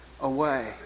away